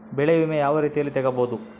ಬೆಳೆ ವಿಮೆ ಯಾವ ರೇತಿಯಲ್ಲಿ ತಗಬಹುದು?